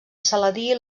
saladí